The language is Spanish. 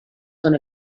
son